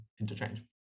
interchange